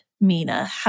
Mina